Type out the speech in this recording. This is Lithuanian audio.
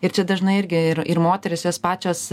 ir čia dažnai irgi ir ir moterys jos pačios